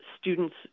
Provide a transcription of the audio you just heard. students